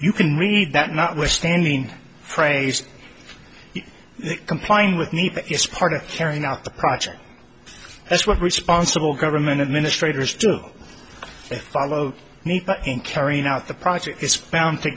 you can read that notwithstanding phrase complying with nepa is part of carrying out the project that's what responsible government administrators to follow need in carrying out the project it's bound to